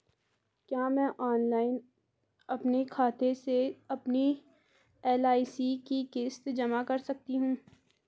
क्या मैं ऑनलाइन अपने खाते से अपनी एल.आई.सी की किश्त जमा कर सकती हूँ?